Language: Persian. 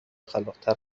خلاقتر